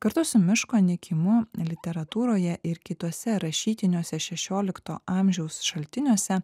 kartu su miško nykimu literatūroje ir kituose rašytiniuose šešiolikto amžiaus šaltiniuose